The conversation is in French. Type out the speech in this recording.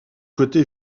côté